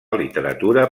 literatura